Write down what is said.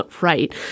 Right